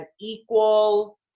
equal